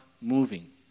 moving